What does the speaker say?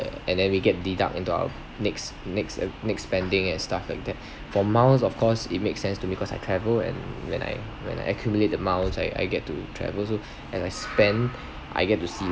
and then we get deduct into our next next uh next spending and stuff like that for miles of course it makes sense to me cause I travel and when I when I accumulated the miles I I get to travel so and I spend I get to see